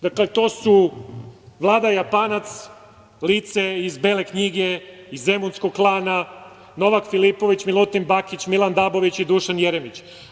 Dakle, to su Vlada japanac, lice iz „Bele knjige“ iz zemunskog klana, Novak Filipović, Milutin Bakić, Milan Dabović i Dušan Jeremić.